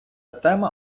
тема